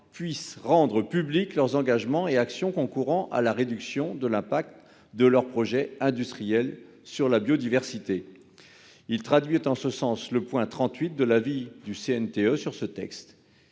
puissent rendre publics leurs engagements et actions concourant à la réduction de l'impact de leurs projets industriels sur la biodiversité. Il traduit, en ce sens, le point 38 de l'avis du Conseil